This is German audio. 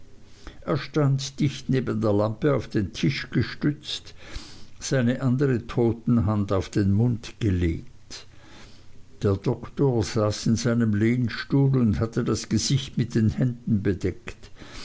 er stand dicht neben der lampe auf den tisch gestützt seine andre totenhand auf den mund gelegt der doktor saß in seinem lehnstuhl und hatte das gesicht mit den händen bedeckt